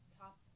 top